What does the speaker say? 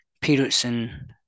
Peterson